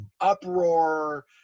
uproar